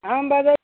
हम बजे